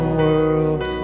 world